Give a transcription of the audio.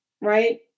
right